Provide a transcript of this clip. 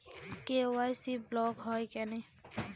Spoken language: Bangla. কে.ওয়াই.সি ব্লক হয় কেনে?